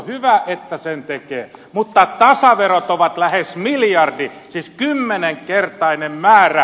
hyvä että sen tekee mutta tasaverot ovat lähes miljardin siis kymmenkertainen määrä